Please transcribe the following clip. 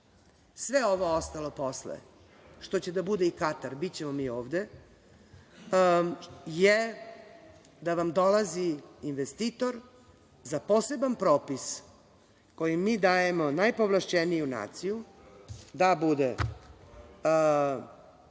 Sve ovo ostalo posle, što će da bude i Katar, bićemo mi ovde, je da vam dolazi investitor za poseban propis kojem mi dajemo najpovlašćeniju naciju, da bude